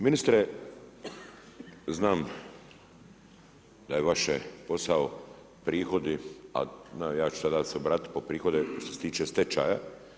Ministre, znam da je vaš posao prihodi a ja ću se sada se obratiti po prihode što se tiče stečaja.